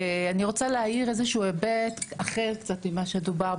ואני רוצה להאיר איזה שהוא היבט קצת אחר מכל מה שדובר.